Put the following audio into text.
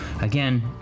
again